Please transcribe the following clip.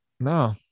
No